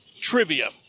Trivia